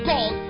God